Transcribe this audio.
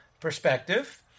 perspective